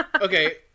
Okay